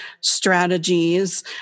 strategies